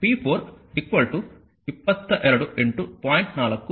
ಆದ್ದರಿಂದ ಇದು ವಾಸ್ತವವಾಗಿ p 4 22 0